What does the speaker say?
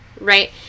right